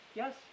yes